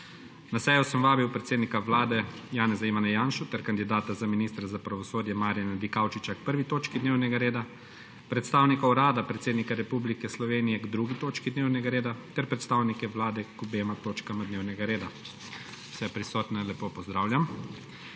Na sejo sem vabil predsednika Vlade Janeza Ivana Janšo ter kandidata za ministra za pravosodje Marjana Dikaučiča k 1. točki dnevnega reda, predstavnika Urada predsednika Republike Slovenije k 2. točki dnevnega reda ter predstavnike Vlade k obema točkama dnevnega reda. Vse prisotne lepo pozdravljam!